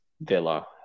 Villa